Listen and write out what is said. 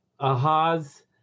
ahas